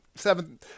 seven